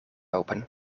open